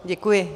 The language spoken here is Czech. Děkuji.